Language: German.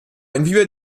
inwieweit